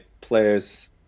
players